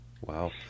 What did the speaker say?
wow